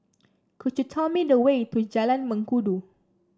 could you tell me the way to Jalan Mengkudu